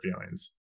feelings